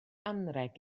anrheg